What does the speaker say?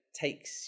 takes